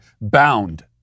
bound